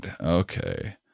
Okay